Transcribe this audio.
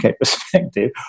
perspective